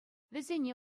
вӗсене